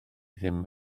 ddim